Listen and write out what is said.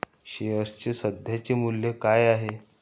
शेअर्सचे सध्याचे मूल्य काय आहे?